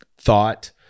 thought